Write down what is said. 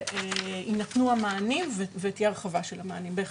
יינתנו המענים ותהיה הרחבה של המענים, בהחלט,